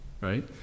Right